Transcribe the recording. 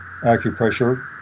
acupressure